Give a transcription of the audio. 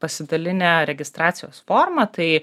pasidalinę registracijos formą tai